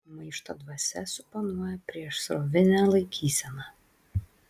maišto dvasia suponuoja priešsrovinę laikyseną